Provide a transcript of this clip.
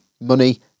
money